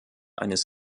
eines